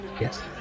yes